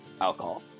alcohol